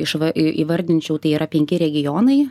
išva įvardinčiau tai yra penki regionai